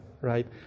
right